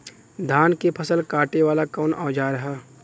धान के फसल कांटे वाला कवन औजार ह?